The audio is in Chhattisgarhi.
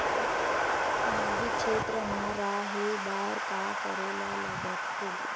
सामाजिक क्षेत्र मा रा हे बार का करे ला लग थे